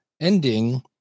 ending